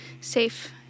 safe